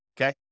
okay